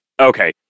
Okay